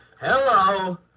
Hello